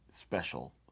special